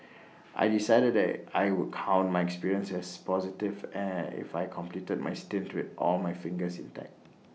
I decided that I would count my experience as positive and if I completed my stint with all my fingers intact